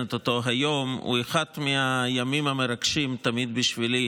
מציינת אותו היום, הוא אחד מהימים המרגשים בשבילי